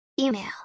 email